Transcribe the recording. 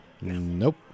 Nope